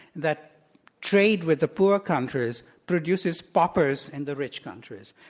that trade with the poor countries produces paupers in the rich countries.